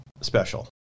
special